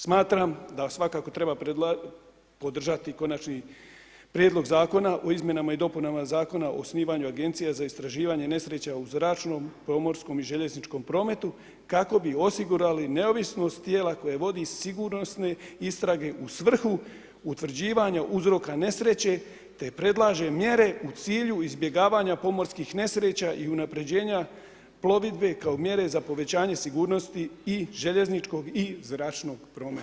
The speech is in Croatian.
Smatram da svakako treba održati konačni prijedlog zakona o izmjenama i dopunama Zakona o osnivanju Agencije za istraživanje nesreća u zračnom, pomorskom i željezničkom prometu kako bi osigurali neovisnost tijela koja vodi sigurnosne istrage u svrhu utvrđivanja uzroka nesreće te predlaže mjere u cilju izbjegavanja pomorskih nesreća i unaprjeđenja plovidbe kao mjere za povećanje sigurnosti i željezničkog i zračnog prometa.